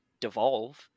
devolve